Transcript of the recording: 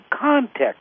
context